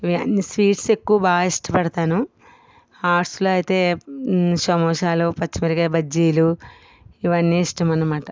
ఇవన్నీ స్వీట్స్ ఎక్కువ బాగా ఇష్టపడతాను హాట్స్లో అయితే సమోసాలు పచ్చిమిరపకాయ బజ్జీలు ఇవన్నీ ఇష్టం అన్నమాట